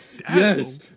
Yes